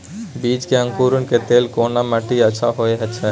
बीज के अंकुरण के लेल कोन माटी अच्छा होय छै?